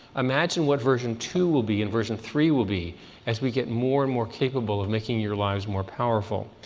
imagine what version two will be and version three will be as we get more and more capable of making your lives more powerful.